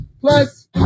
Plus